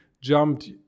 jumped